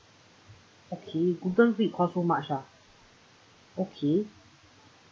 okay gluten free cost so much ah okay